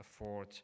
afford